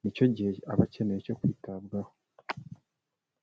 nicyo gihe aba akeneye cyo kwitabwaho.